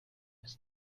ist